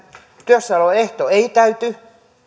työssäoloehto ei täyty